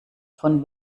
von